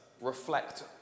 reflect